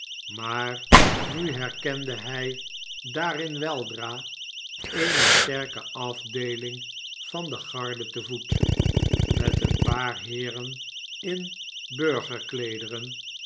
maar nu herkende hij daarin weldra eene sterke afdeeling van de garde te voet met een paar heeren in